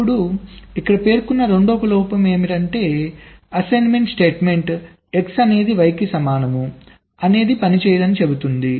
అప్పుడు ఇక్కడ పేర్కొన్న రెండవ లోపం ఏమిటంటే అసైన్మెంట్ స్టేట్మెంట్ X అనేది Y కు సమానం అనేది పనిచేయదని చెబుతుంది